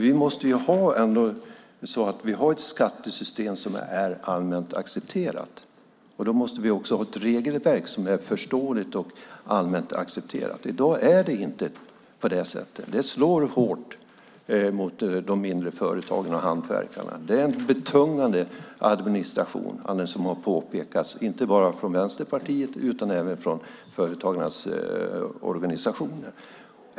Vi måste ha ett skattesystem som är allmänt accepterat. Då måste vi också ha ett regelverk som är förståeligt och allmänt accepterat. I dag är det inte på det sättet. Det slår hårt mot de mindre företagen och hantverkarna. Det är en betungande administration. Det har påpekats inte bara från Vänsterpartiet utan även från företagarnas organisationer.